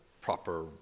proper